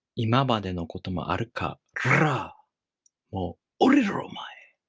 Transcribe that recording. imamadenokotomoarukarrra, mou orrriro omae!